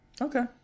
okay